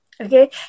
Okay